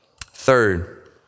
Third